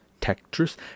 Tetris